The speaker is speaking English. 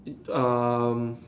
it um